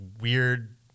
weird